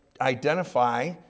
identify